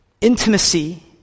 intimacy